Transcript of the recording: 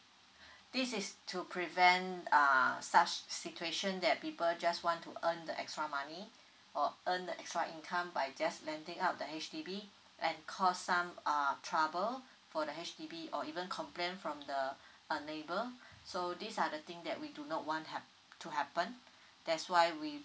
this is to prevent err such situation that people just want to earn the extra money or earn the extra income by just lending out the H_D_B and cause some uh trouble for the H_D_B or even complaint from the uh neighbor so these are the thing that we do not want hap~ to happen that's why we